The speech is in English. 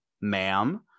ma'am